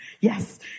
yes